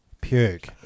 puke